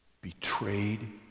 betrayed